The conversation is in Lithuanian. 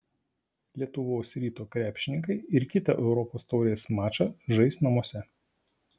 lietuvos ryto krepšininkai ir kitą europos taurės mačą žais namuose